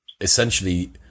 essentially